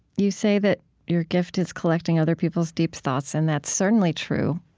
you say that your gift is collecting other people's deep thoughts and that's certainly true,